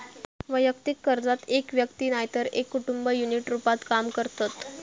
वैयक्तिक कर्जात एक व्यक्ती नायतर एक कुटुंब युनिट रूपात काम करतत